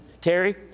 Terry